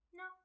no